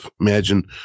imagine